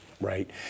Right